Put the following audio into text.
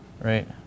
right